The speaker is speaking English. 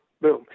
boom